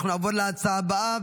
אנחנו נעבור להצעה הבאה,